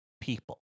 people